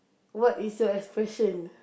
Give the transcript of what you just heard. what is your expression